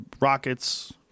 rockets